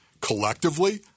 collectively